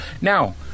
now